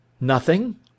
Nothing